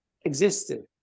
existed